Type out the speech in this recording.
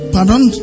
Pardon